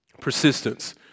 Persistence